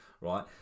right